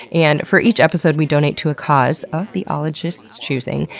and for each episode, we donate to a cause of the ologist's choosing,